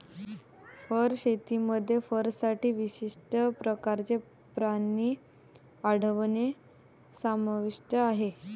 fur शेतीमध्ये फरसाठी विशिष्ट प्रकारचे प्राणी वाढवणे समाविष्ट आहे